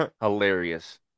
Hilarious